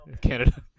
Canada